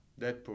Deadpool